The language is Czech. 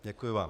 Děkuji vám.